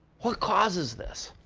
what causes this?